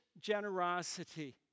generosity